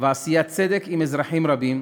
ועשיית צדק עם אזרחים רבים,